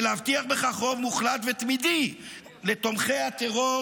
ולהבטיח בכך רוב מוחלט ותמידי לתומכי הטרור